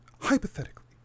hypothetically